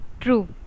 True